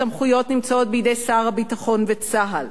הסמכויות נמצאות בידי שר הביטחון וצה"ל.